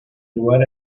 lugar